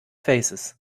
faces